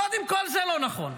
קודם כול, זה לא נכון,